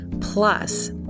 plus